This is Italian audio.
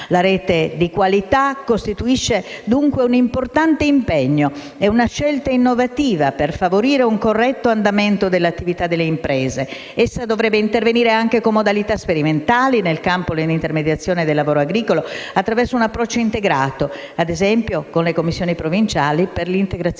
La Rete di qualità costituisce, dunque, un importante impegno e una scelta innovativa per favorire un corretto andamento dell'attività delle imprese: essa dovrebbe intervenire anche con modalità sperimentali nel campo dell'intermediazione del lavoro agricolo, attraverso un approccio integrato, ad esempio con le commissioni provinciali per l'integrazione